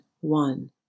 one